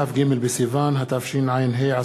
כ"ג בסיוון התשע"ה,